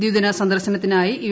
ദിദിന സന്ദർശനത്തിനായും യു